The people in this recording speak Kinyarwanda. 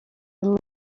birimo